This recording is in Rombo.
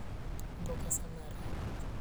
Mboka sa mara